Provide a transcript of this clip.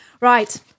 Right